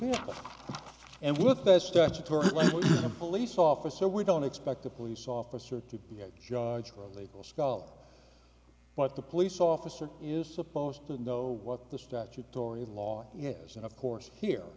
e and with a statutory police officer we don't expect the police officer to be a judge or legal scholar but the police officer is supposed to know what the statutory law yes and of course here